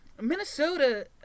Minnesota